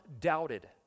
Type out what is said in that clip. doubted